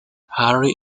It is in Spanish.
harry